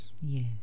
Yes